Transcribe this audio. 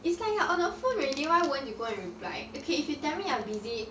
it's like you are on the phone already why won't you go and reply okay if you tell me you're busy